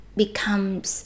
becomes